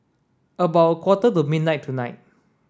about a quarter to midnight tonight